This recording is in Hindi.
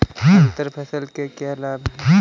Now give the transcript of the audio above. अंतर फसल के क्या लाभ हैं?